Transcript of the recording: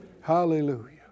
Hallelujah